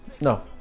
no